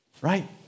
Right